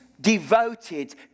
devoted